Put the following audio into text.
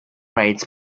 raids